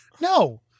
No